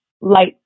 light